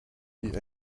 wie